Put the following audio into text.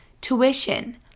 tuition